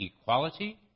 equality